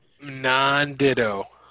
Non-ditto